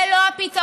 זה לא הפתרון.